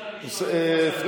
השר פריג',